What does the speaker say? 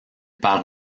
par